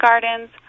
gardens